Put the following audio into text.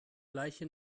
gleiche